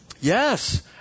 Yes